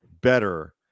better